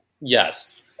Yes